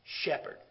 shepherd